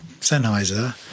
Sennheiser